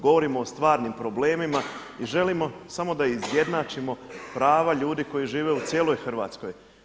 Govorimo o stvarnim problemima i želimo samo da izjednačimo prava ljudi koji žive u cijeloj Hrvatskoj.